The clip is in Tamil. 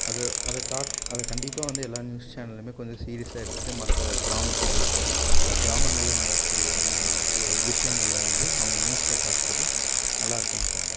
அது அதை காட் அதை கண்டிப்பாக வந்து எல்லா நியூஸ் சேனலுமே கொஞ்சம் சீரியஸாக எடுத்துகிட்டு மற்ற கிராமங்கள் கிராமங்களில் நடக்கக்கூடிய ந விஷயங்கள வந்து அவங்க நியூஸில் காட்டுறது நல்லா இருக்கும்னு தோணுது